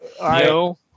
No